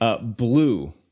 Blue